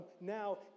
Now